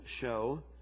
Show